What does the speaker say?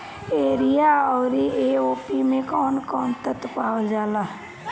Urea औरी A O P मै कौवन कौवन तत्व पावल जाला?